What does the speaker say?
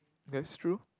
that's true